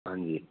ਹਾਂਜੀ